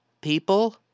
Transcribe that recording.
people